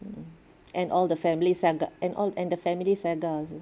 mm and all the family saga and all and the family saga also